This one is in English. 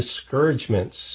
discouragements